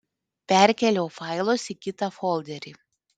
perkėliau failus į kitą folderį